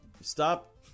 stop